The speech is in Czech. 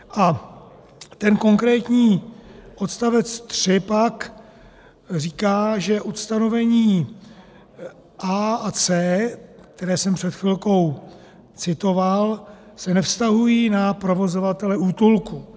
A ten konkrétní odstavec 3 pak říká, že ustanovení a) a c), která jsem před chvilkou citoval, se nevztahují na provozovatele útulku.